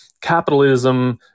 capitalism